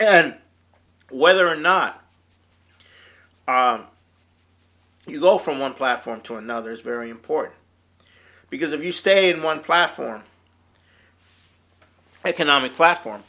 and whether or not you go from one platform to another is very important because if you stay in one platform economic platform